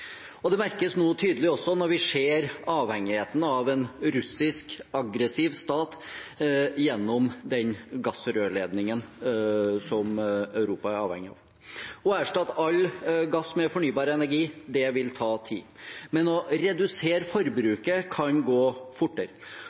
Det merkes nå også tydelig når vi ser avhengigheten av en russisk, aggressiv stats gassrørledning, som Europa er avhengig av. Å erstatte all gass med fornybar energi vil ta tid, men å redusere forbruket kan gå fortere.